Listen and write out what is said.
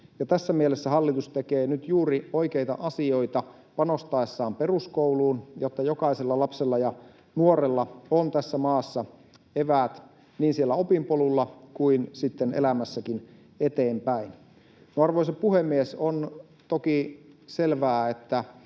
Tässä mielessä hallitus tekee nyt juuri oikeita asioita panostaessaan peruskouluun, jotta jokaisella lapsella ja nuorella on tässä maassa eväät niin siellä opinpolulla kuin sitten elämässäkin eteenpäin. Arvoisa puhemies! On toki selvää, että